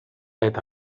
eta